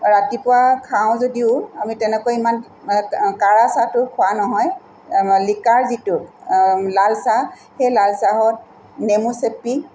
ৰাতিপুৱা খাওঁ যদিও আমি তেনেকৈ ইমান কাঢ়া চাহটো খোৱা নহয় লিকাৰ যিটো লালচাহ সেই লালচাহত নেমু চেপি